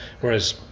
Whereas